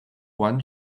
one